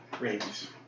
rabies